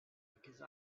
because